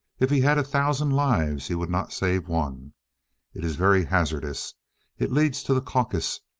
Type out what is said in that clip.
if he had a thousand lives he would not save one it is very hazardous it leads to the caucasus,